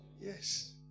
Yes